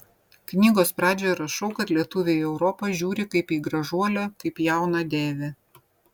knygos pradžioje rašau kad lietuviai į europą žiūri kaip į gražuolę kaip jauną deivę